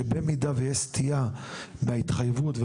שבמידה ותהיה סטייה מההסכמים וההתחייבויות,